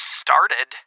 started